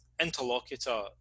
interlocutor